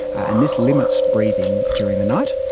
and this limits breathing during the night.